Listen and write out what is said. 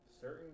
certain